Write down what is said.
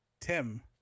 Tim